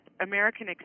American